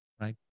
Right